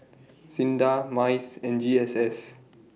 SINDA Mice and G S S